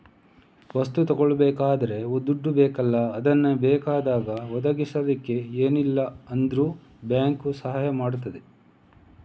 ವಸ್ತು ತಗೊಳ್ಬೇಕಾದ್ರೆ ದುಡ್ಡು ಬೇಕಲ್ಲ ಅದನ್ನ ಬೇಕಾದಾಗ ಒದಗಿಸಲಿಕ್ಕೆ ಏನಿಲ್ಲ ಅಂದ್ರೂ ಬ್ಯಾಂಕು ಸಹಾಯ ಮಾಡ್ತದೆ